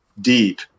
deep